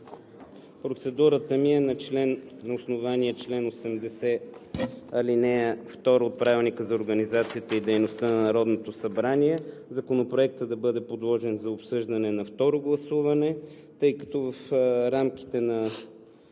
Процедурата ми е на основание чл. 80, ал. 2 от Правилника за организацията и дейността на Народното събрание Законопроектът да бъде подложен за обсъждане на второ гласуване, тъй като в рамките на